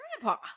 grandpa